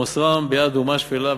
מוסרם בידי אומה שפלה,